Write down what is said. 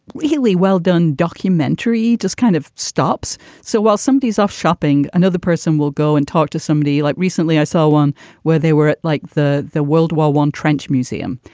really well-done documentary just kind of stops. so while somebody is off shopping, another person will go and talk to somebody. like recently i saw one where they were at like the the world war one trench museum,